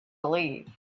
believe